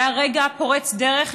היה רגע פורץ דרך.